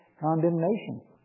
condemnation